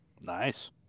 nice